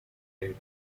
date